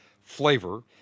flavor